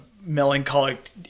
melancholic